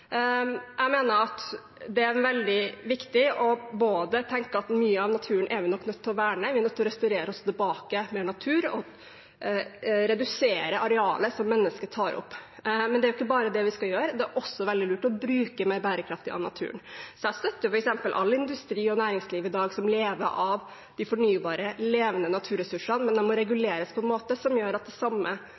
Jeg mener at det er veldig viktig å tenke at mye av naturen er vi nok nødt til å verne, at vi er også nødt til å restaurere tilbake mer natur og redusere arealet som menneskene opptar. Men det er jo ikke bare det vi skal gjøre. Det er også veldig lurt å bruke av naturen mer bærekraftig. Så jeg støtter f.eks. all industri og næringsliv som i dag lever av de fornybare, levende naturressursene, men det må reguleres på en måte som gjør at de samme